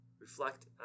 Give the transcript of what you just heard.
Reflect